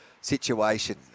situation